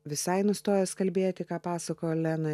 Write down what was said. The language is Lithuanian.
visai nustojęs kalbėti ką pasakojo olena